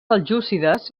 seljúcides